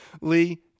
Lee